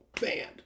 banned